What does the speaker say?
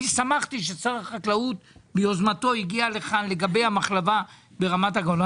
שמחתי ששר החקלאות ביוזמתו הגיע לכאן לגבי המחלבה ברמת הגולן.